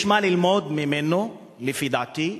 יש מה ללמוד ממנו, לפי דעתי,